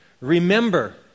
remember